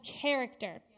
character